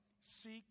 seek